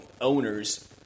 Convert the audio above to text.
owners